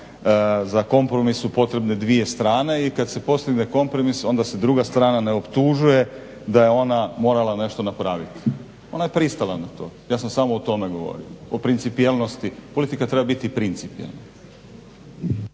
Za kompromis su potrebne dvije strane i kada se postigne kompromis onda se druga strana ne optužuje da je ona morala nešto napraviti. Ona je pristala na to. ja sam samo o tome govorio, o principijelnosti. Politika treba biti principijelna.